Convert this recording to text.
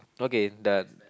okay the